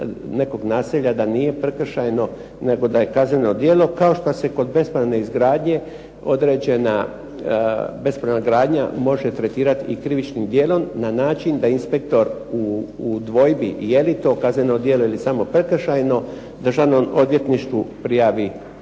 nekog nasilja da nije prekršajno, nego da je kazneno djelo kao što se kod bespravne izgradnje, određena bespravna gradnja može tretirati i krivičnim djelom na način da inspektor u dvojbi je li to kazneno djelo ili samo prekršajno Državnom odvjetništvu prijavi dotični